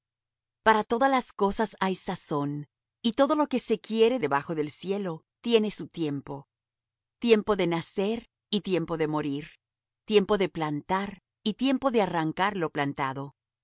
para todas las cosas hay sazón y todo lo que se quiere debajo del cielo tiene su tiempo tiempo de nacer y tiempo de morir tiempo de plantar y tiempo de arrancar lo plantado